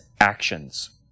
actions